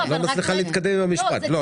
היא לא מצליחה להתקדם עם המשפט.